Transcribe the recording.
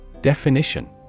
Definition